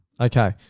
Okay